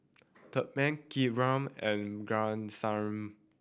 Tharman Vikram and